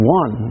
one